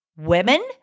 women